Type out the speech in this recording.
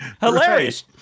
Hilarious